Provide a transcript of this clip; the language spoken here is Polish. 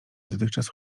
dotychczas